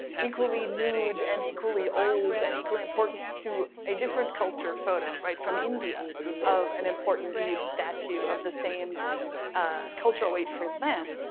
nude and equally old and equally important to a different culture photo, right, from india of an important nude statute of the same ah cultural weight for them,